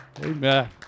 Amen